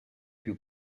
più